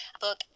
book